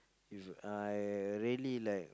If I really like